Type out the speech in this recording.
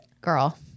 Girl